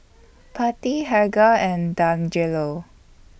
Pattie Helga and Dangelo